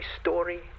story